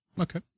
okay